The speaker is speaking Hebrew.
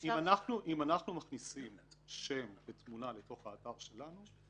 אם אנחנו מכניסים שם ותמונה לתוך האתר שלנו,